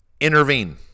intervene